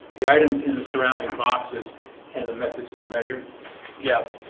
the items in the surrounding boxes and the methods to measure yeah,